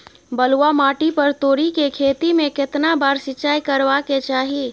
बलुआ माटी पर तोरी के खेती में केतना बार सिंचाई करबा के चाही?